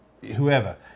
whoever